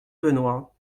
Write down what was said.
benoit